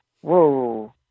Whoa